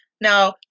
Now